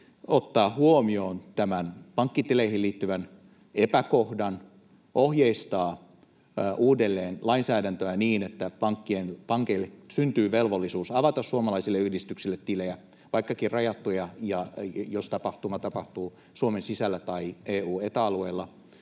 ottaa huomioon tämän pankkitileihin liittyvän epäkohdan ja ohjeistaa uudelleen lainsäädäntöä niin, että pankeille syntyy velvollisuus avata suomalaisille yhdistyksille tilejä, vaikkakin rajattuja, jos tapahtuma tapahtuu Suomen sisällä tai EU—ETA-alueella,